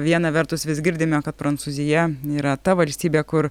viena vertus vis girdime kad prancūzija yra ta valstybė kur